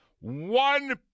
one